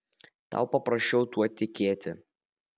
tau paprasčiau tuo tikėti